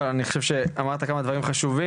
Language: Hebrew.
אבל אני חושב שאמרת כמה דברים חשובים,